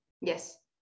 yes